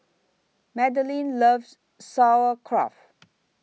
Magdalene loves Sauerkraut